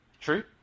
true